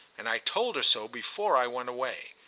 and i told her so before i went away.